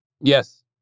Yes